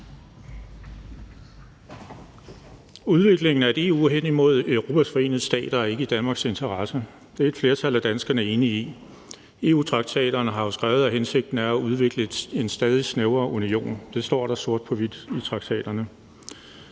Udviklingen af et EU hen imod Europas Forenede Stater er ikke i Danmarks interesse, og det er et flertal af danskerne enige i. I EU-traktaterne står der jo skrevet, at hensigten er at udvikle en stadig snævrere union; det står der sort på hvidt i traktaterne.